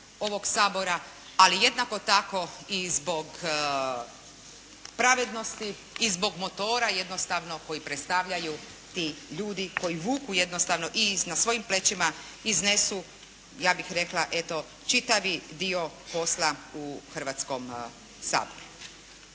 ovog Sabora. Ali jednako tako i zbog pravednosti i zbog motora jednostavno koji predstavljaju ti ljudi koji vuku, jednostavno i na svojim plećima iznesu ja bih rekla eto, čitavi dio posla u Hrvatskom saboru.